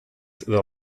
the